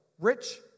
rich